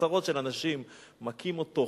עשרות של אנשים מכים אותו,